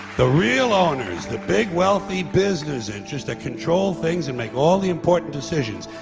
the real owners the big wealthy business interest that control things and make all the important decisions.